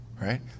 right